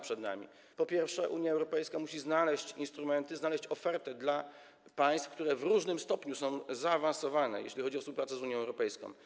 Po pierwsze, Unia Europejska musi znaleźć instrumenty, znaleźć ofertę dla państw, które w różnym stopniu są zaawansowane, jeśli chodzi o współpracę z Unią Europejską.